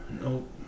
Nope